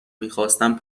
میخواستم